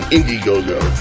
Indiegogo